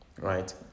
right